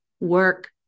work